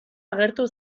agertu